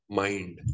mind